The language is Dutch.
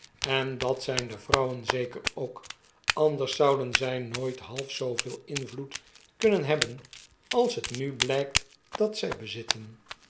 en dat zijn de vrouwen zeker ook anders zouden zij nooit half zooveel invloed kunnen hebben als het riu blijkt dat zij bezitten